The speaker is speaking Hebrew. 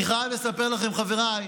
אני חייב לספר לכם, חבריי,